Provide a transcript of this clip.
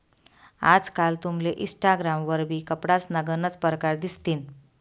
आजकाल तुमले इनस्टाग्राम वरबी कपडासना गनच परकार दिसतीन